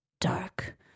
dark